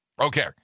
Okay